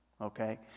okay